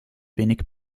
wenig